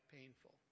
painful